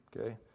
okay